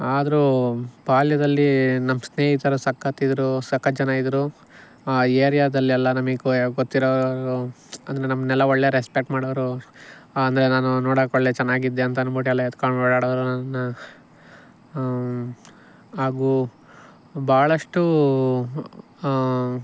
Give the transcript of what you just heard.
ಆದರೂ ಬಾಲ್ಯದಲ್ಲಿ ನಮ್ಮ ಸ್ನೇಹಿತರು ಸಕತ್ ಇದ್ದರೂ ಸಕತ್ ಜನ ಇದ್ದರೂ ಏರಿಯಾದಲೆಲ್ಲ ನಮಗೆ ಗೊತ್ತಿರೋರು ಅಂದರೆ ನಮ್ಮನ್ನೆಲ್ಲ ಒಳ್ಳೆ ರೆಸ್ಪೆಕ್ಟ್ ಮಾಡೋರು ಅಂದರೆ ನಾನು ನೋಡೋಕೆ ಒಳ್ಳೆ ಚೆನ್ನಾಗಿ ಇದ್ದೆ ಅಂತ ಅಂದ್ಬಿಟ್ಟು ಎಲ್ಲ ಎತ್ಕೊಂಡು ಓಡಾಡೋರು ಹಾಗೂ ಬಹಳಷ್ಟು